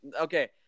Okay